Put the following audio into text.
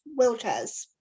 wheelchairs